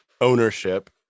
ownership